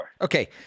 Okay